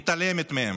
מתעלמת מהם.